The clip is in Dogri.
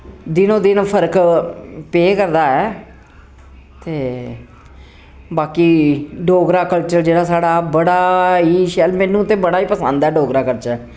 दिनो दिन फर्क पे करदा ऐ ते बाकी डोगरा कलचर जेह्ड़ा साढ़ा बड़ा ही शैल मैनू ते बड़ा ही पसंद ऐ डोगरा कलचर